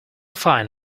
find